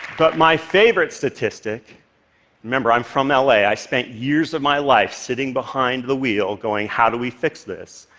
but my favorite statistic remember, i'm from la, i spent years of my life sitting behind the wheel, going, how do we fix this?